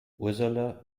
ursula